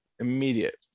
immediate